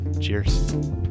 Cheers